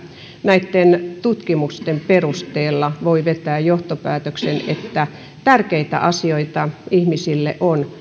näitten tutkimusten perusteella voi vetää johtopäätöksen että tärkeitä asioita ihmisille ovat